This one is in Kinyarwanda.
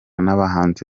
n’abahinzi